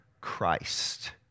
Christ